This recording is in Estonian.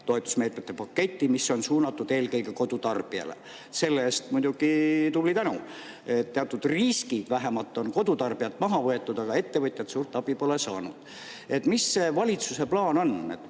toetusmeetmete paketti, mis on suunatud eelkõige kodutarbijale. Selle eest muidugi tubli tänu, teatud riskid vähemalt on kodutarbijalt maha võetud, aga ettevõtjad suurt abi pole saanud. Mis see valitsuse plaan on?